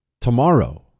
tomorrow